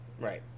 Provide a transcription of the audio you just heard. Right